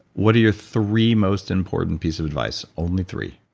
what are your three most important pieces of advice? only three